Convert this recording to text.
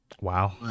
wow